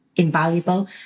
invaluable